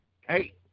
hey